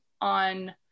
on